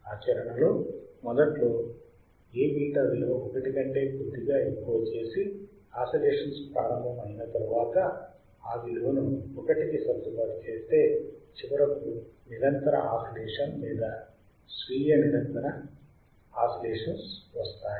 ఆచరణలో మొదట్లో Aβ విలువ ఒకటి కంటే కొద్దిగా ఎక్కువ చేసి ఆసిలేషన్స్ ప్రారంభము అయిన తరువాత ఆ విలువను 1 కి సర్దుబాటు చేస్తే చివరకు నిరంతర ఆసిలేషన్ లేదా స్వీయ నిరంతర ఆసిలేషన్స్ వస్తాయి